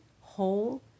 whole